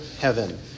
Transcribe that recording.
heaven